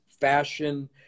fashion